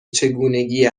چگونگی